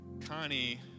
Connie